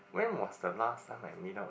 when was the last time I meet out with